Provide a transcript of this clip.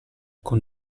con